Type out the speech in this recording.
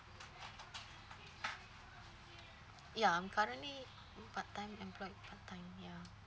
ya currently part time employment type ya